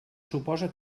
suposa